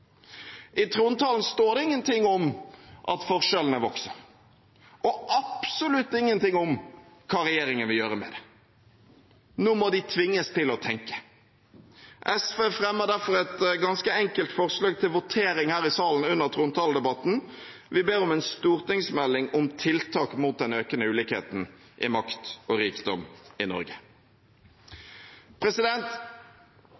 I trontalen står det ingenting om at forskjellene vokser, og absolutt ingenting om hva regjeringen vil gjøre med det. Nå må de tvinges til å tenke. SV fremmer derfor et ganske enkelt forslag til votering her i salen under trontaledebatten. Vi ber om en stortingsmelding om tiltak mot den økende ulikheten i makt og rikdom i